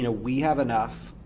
you know we have enough